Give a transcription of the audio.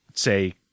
Say